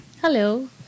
Hello